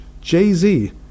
Jay-Z